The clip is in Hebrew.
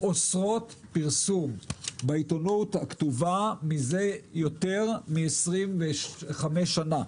אוסרות פרסום בעיתונות הכתובה מזה יותר מ-25 שנה.